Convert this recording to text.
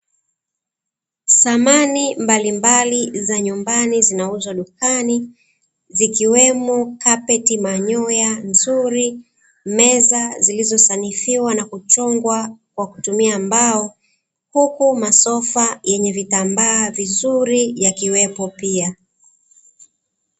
Samani mbalimbali za nyumbani zinauzwa dukani, zikiwemo kapeti manyoya nzuri, meza zilizosanifiwa na kuchongwa kwa kutumia mbao, huku masofa yenye vitambaa vizuri yakiwepo pia.